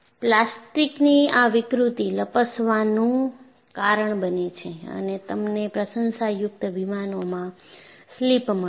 પ્લાસ્ટિકની આ વિકૃતિ લપસવાનુંનું કારણ બને છે અને તમને પ્રશંષાયુક્ત વિમાનોમાં સ્લિપ મળે છે